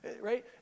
right